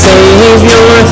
Savior